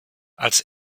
als